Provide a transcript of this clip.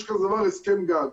יש כזה דבר הסכם גג,